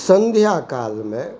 सँध्याकालमे